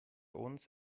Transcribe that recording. uns